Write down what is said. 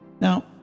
Now